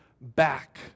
back